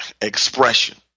expression